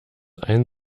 ein